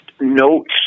notes